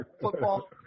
football